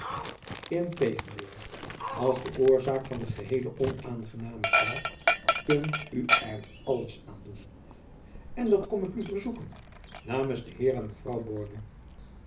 lntegendeel als de oorzaak van de gehele onaangename zaak kunt u er alles aan doen en dat kom ik u verzoeken namens de heer en mevrouw borne